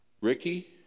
Ricky